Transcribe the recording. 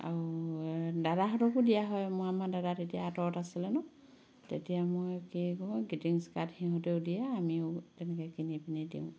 আৰু দাদাহঁতকো দিয়া হয় মই আমাৰ দাদা তেতিয়া আঁতৰত আছিলে ন তেতিয়া মই কি কৰোঁ গ্ৰীটিংচ কাৰ্ড সিহঁতেও দিয়ে আমিও তেনেকে কিনি পিনে দিওঁ